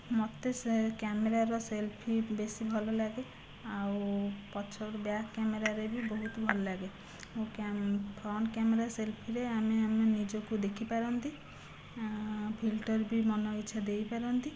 ମୋତେ ସେ କ୍ୟାମରାର ସେଲ୍ଫି ବେଶୀ ଭଲ ଲାଗେ ଆଉ ପଛଆଡ଼ୁ ବ୍ୟାକ୍ କ୍ୟାମେରାରେ ବି ବହୁତ ଭଲ ଲାଗେ ଆଉ ଫ୍ରଣ୍ଟ କ୍ୟାମେରା ସେଲ୍ଫିରେ ଆମେ ଆମେ ନିଜକୁ ଦେଖିପାରନ୍ତି ଫିଲ୍ଟର ବି ମନ ଇଚ୍ଛା ଦେଇପାରନ୍ତି